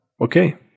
Okay